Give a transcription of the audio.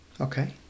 Okay